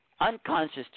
unconscious